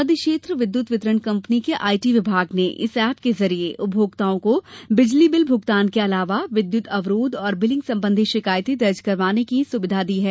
मध्यक्षेत्र विद्युत वितरण कम्पनी के आई टी विभाग ने इस एप के जरिए उपभोक्ताओं को बिजली बिल भूगतान के अलावा विद्युत अवरोध और बिलिंग सम्बंधी शिकायतें दर्ज करवाने की सुविधा दी है